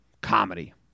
comedy